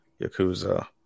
yakuza